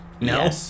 No